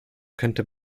könnte